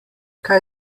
kaj